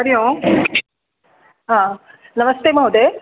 हरिः ओम् नमस्ते महोदय